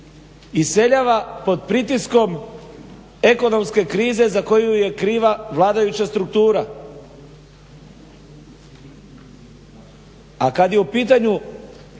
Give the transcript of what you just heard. iseljava pod pritiskom ekonomske krize za koju je kriva vladajuća struktura.